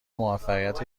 موفقیت